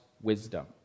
wisdom